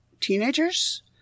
teenagers